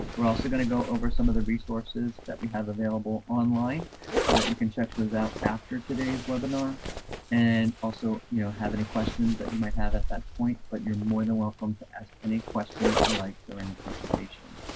we're also going to go over some of the resources that we have available online so that you can check those out after today's webinar and also, you know have any questions that you might have at that point but you're more than welcome to ask any question that you like during the presentation